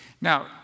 Now